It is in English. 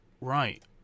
right